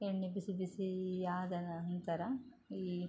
ಎಣ್ಣೆ ಬಿಸಿ ಬಿಸಿ ಆದ ನಂತರ ಈ